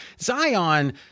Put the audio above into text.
Zion